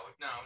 no